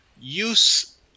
use